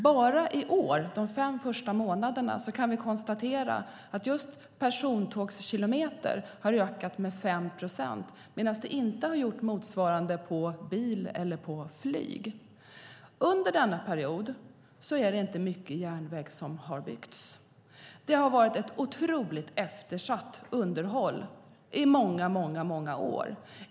Bara de fem första månaderna i år kan vi konstatera att antalet persontågskilometer har ökat med 5 procent men att motsvarande inte har skett för bil eller flyg. Under denna period har det inte byggts mycket järnväg. Det har varit ett otroligt eftersatt underhåll i många år.